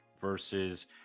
versus